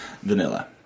vanilla